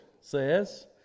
says